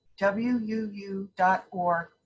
wuu.org